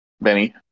Benny